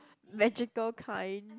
magical kind